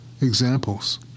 examples